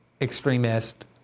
extremist